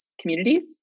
communities